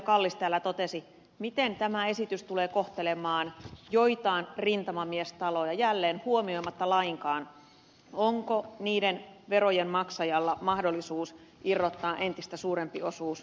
kallis täällä totesi miten tämä esitys tulee kohtelemaan joitain rintamamiestaloja jälleen huomioimatta lainkaan onko niiden verojen maksajalla mahdollisuus irrottaa entistä suurempi osuus tähän maksuun